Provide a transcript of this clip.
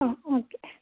ആ ഓക്കേ